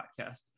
podcast